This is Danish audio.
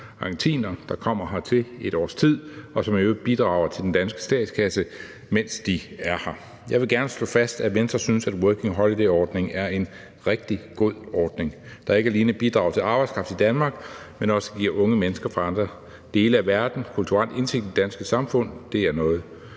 argentinere, der kommer hertil et års tid, og som i øvrigt bidrager til den danske statskasse, mens de er her. Jeg vil gerne slå fast, at Venstre synes, at working holiday-ordningen er en rigtig god ordning, der ikke alene bidrager til arbejdskraft i Danmark, men også giver unge mennesker fra andre dele af verden kulturel indsigt i det danske samfund. Det er noget,